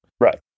Right